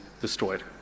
destroyed